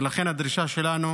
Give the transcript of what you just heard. ולכן הדרישה שלנו